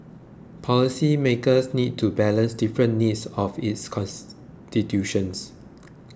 policymakers need to balance different needs of its constituents